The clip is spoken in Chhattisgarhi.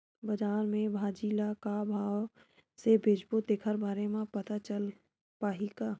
बजार में भाजी ल का भाव से बेचबो तेखर बारे में पता चल पाही का?